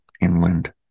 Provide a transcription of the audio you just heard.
inland